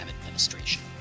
administration